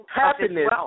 happiness